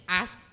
ask